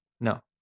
no